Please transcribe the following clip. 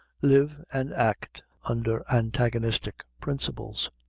live and act under antagonistic principles.